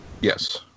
Yes